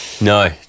No